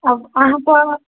आब अहाँ तऽ